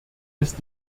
ist